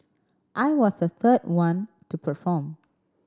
I was the third one to perform